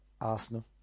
Arsenal